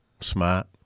smart